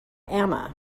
amma